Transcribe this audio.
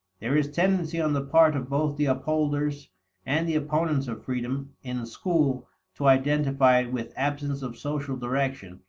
there is tendency on the part of both the upholders and the opponents of freedom in school to identify it with absence of social direction,